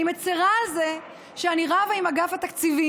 אני מצירה על זה שאני רבה עם אגף התקציבים,